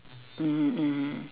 mmhmm mmhmm